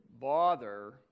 bother